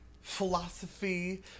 philosophy